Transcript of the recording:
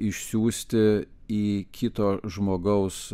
išsiųsti į kito žmogaus